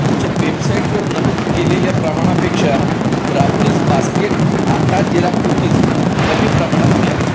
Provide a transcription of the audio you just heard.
तुमच्या वेबसाईटवर नमूद केलेल्या प्रमाणापेक्षा ब्राउनीज बास्केट आटा जिरा कुकीज कमी प्रमाणात मिळाल्या